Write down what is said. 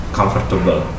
comfortable